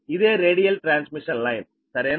ఇదే radial transmission line సరేనా